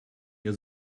ihr